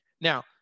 Now